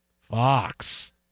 Fox